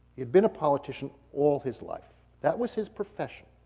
he'd been a politician all his life. that was his profession.